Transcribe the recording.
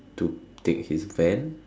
to take his van